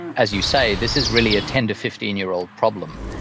as you say, this is really a ten to fifteen year old problem,